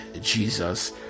jesus